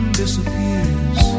disappears